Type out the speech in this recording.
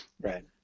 Right